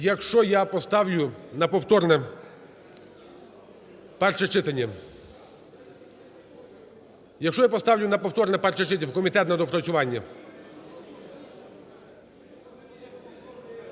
Якщо я поставлю на повторне перше читання в комітет на доопрацювання?